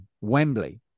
Wembley